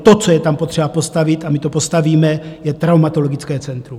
To, co je tam potřeba postavit, a my to postavíme, je traumatologické centrum.